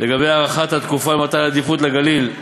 לגבי הארכת התקופה ומתן עדיפות לגליל,